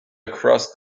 across